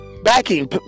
Backing